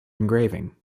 engraving